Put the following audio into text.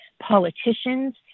politicians